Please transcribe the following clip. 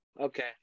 okay